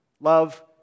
Love